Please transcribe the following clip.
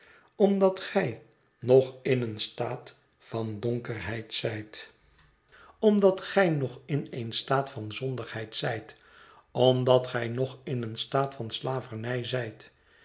omdat gij nog in een staat van donkerheid zijt omdat gij nog in een staat van zondigheid zijt omdat gij nog in een staat van slavernij zijt